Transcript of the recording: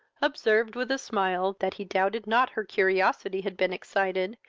observed with a smile, that he doubted not her curiosity had been excited,